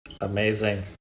Amazing